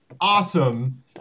awesome